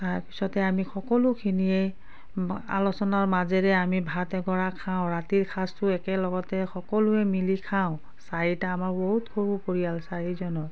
তাৰ পিছতে আমি সকলোখিনিয়েই আলোচনাৰ মাজেৰে আমি ভাত এগৰাহ খাওঁ ৰাতিৰ সাঁজটো একেলগতে সকলোৱে মিলি খাওঁ চাৰিটা আমাৰ বহুত সৰু পৰিয়াল চাৰিজনৰ